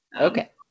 Okay